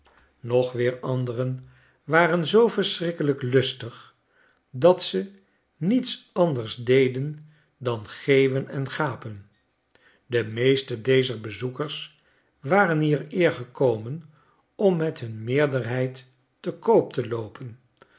nog weer anderen waren zoo verschrikkelijk lustig dat ze niets anders deden dan geeuwen en gapen de meeste jezer bezoekers waren hier eer gekomen om met hun meerderheid te koop te loopen